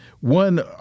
one